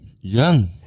young